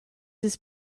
his